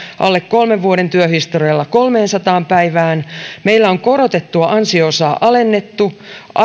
alle kolmen vuoden työhistorialla kolmeensataan päivään meillä on korotettua ansio osaa alennettu